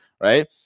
Right